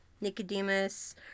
Nicodemus